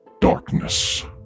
darkness